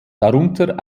darunter